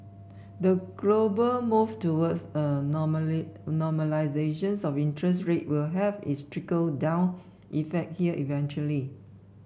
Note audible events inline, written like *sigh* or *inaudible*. the global move towards a *unintelligible* normalisation of interest rates will have its trickle down effect here eventually